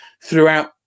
throughout